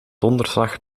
donderslag